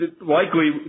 likely